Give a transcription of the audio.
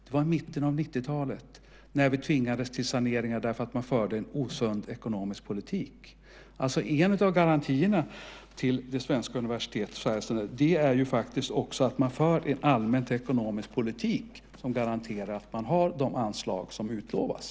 Det var i mitten av 90-talet när vi tvingades till saneringar för att man fört en osund ekonomisk politik. En av garantierna för de svenska universiteten och för Sveriges studenter är faktiskt att man för en allmän ekonomisk politik som garanterar att de får de anslag som utlovas.